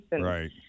Right